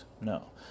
No